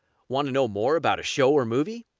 want to know more about a show or movie?